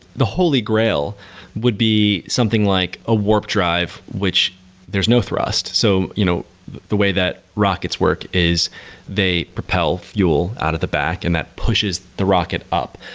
the holy grail would be something like a warp drive, which no thrust. so you know the way that rockets work is they propel fuel out of the back and that pushes the rocket up.